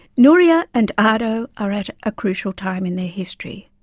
nouria and aado are at a crucial time in their history,